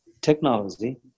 technology